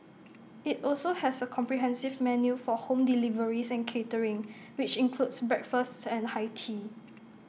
IT also has A comprehensive menu for home deliveries and catering which includes breakfast and high tea